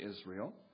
Israel